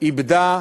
איבדה